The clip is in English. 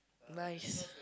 nice